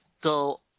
go